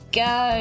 go